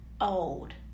old